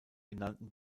genannten